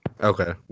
Okay